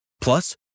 Plus